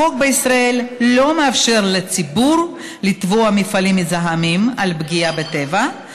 החוק בישראל לא מאפשר לציבור לתבוע מפעלים מזהמים על פגיעה בטבע,